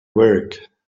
work